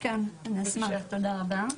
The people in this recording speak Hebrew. כן, אני אשמח, תודה רבה.